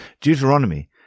Deuteronomy